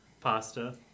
Pasta